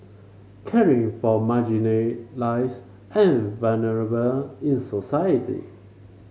caring for and vulnerable in society